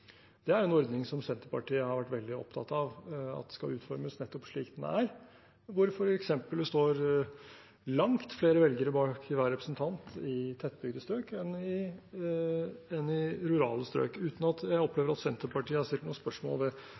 Det er en ordning som Senterpartiet har vært veldig opptatt av at skal utformes nettopp slik den er, hvor det f.eks. står langt flere velgere bak hver representant i tettbygde strøk enn i rurale strøk, uten at jeg opplever at Senterpartiet har stilt noe spørsmål